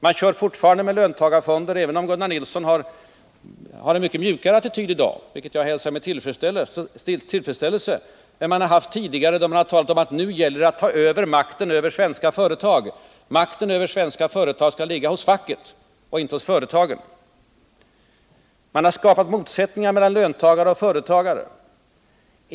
Man talar fortfarande för löntagarfonder, även om Gunnar Nilsson har en mycket mjukare attityd i dag— vilket jag hälsar med tillfredsställelse — än man har haft tidigare. Då talade man om att det gällde att ta makten över svenska företag och att makten över svenska företag skulle ligga hos facket och inte hos företagen. Man har skapat motsättningar mellan löntagare och företagare.